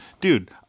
Dude